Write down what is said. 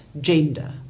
gender